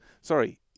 Sorry